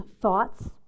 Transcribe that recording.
thoughts